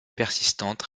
persistantes